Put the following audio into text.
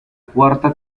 cuarta